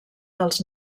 dels